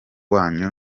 wanyu